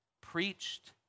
preached